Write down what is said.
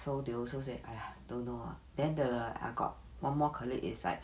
so they also say !aiya! don't know lah then the I got one more colleague is like